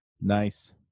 Nice